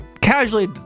casually